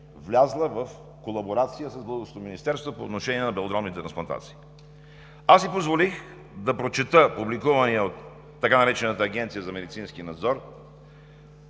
влязла в колаборация с българското Министерство по отношение на белодробните трансплантации. Позволих си да прочета публикувания от така наречената Изпълнителна агенция „Медицински надзор“